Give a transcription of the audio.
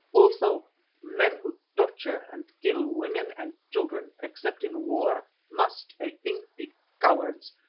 also men who torture and kill women and children, except in war must, i think, be cowards,